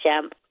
jump